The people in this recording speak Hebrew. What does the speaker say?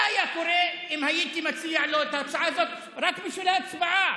מה היה קורה אם הייתי מציע לו את ההצעה הזאת רק בשביל ההצבעה,